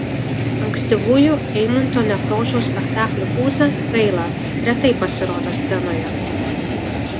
ankstyvųjų eimunto nekrošiaus spektaklių mūza gaila retai pasirodo scenoje